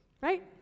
right